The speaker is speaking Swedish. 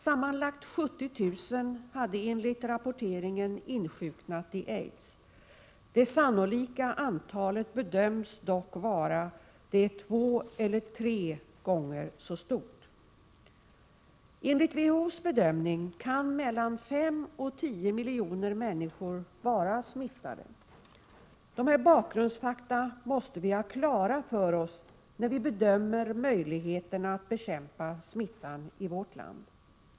Sammanlagt 70 000 hade enligt rapporteringen insjuknat i aids. Det sannolika antalet bedöms dock vara två eller tre gånger så stort. Enligt WHO:s bedömning kan mellan 5 och 10 miljoner människor vara smittade. Dessa bakgrundsfakta måste vi ha klara för oss, när vi bedömer möjligheterna att bekämpa smittan i vårt land.